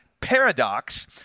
paradox